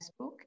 Facebook